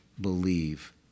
believe